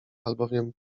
albowiem